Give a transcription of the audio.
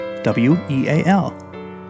W-E-A-L